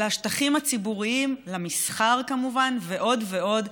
של שטחים הציבוריים, של מסחר, כמובן, ועוד ועוד,